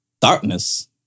darkness